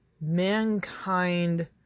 mankind-